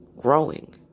growing